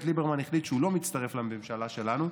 ליברמן החליט שהוא לא מצטרף לממשלה שלנו,